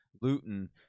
Luton